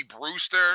Brewster